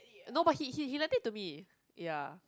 no but he he lent it to me ya